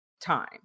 time